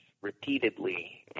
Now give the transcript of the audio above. repeatedly